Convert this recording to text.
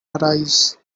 arise